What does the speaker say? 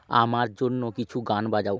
আমার জন্য কিছু গান বাজাও